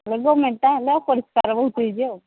ଏଇ ଯୋଉ ମେଣ୍ଟା ହେଲା ପରିଷ୍କାର ବହୁତ ହୋଇଯିବ